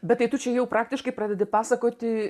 bet tai tu čia jau praktiškai pradedi pasakoti